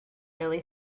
really